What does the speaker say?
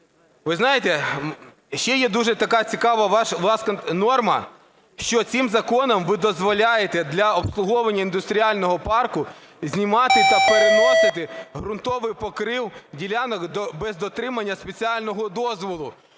Ви знаєте, ще є дуже така цікава у вас норма, що цим законом ви дозволяєте для обслуговування індустріального парку знімати та переносити ґрунтовий покрив ділянок без отримання спеціального дозволу.